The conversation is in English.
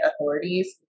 authorities